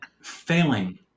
failing